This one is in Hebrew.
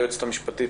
היועצת המשפטית,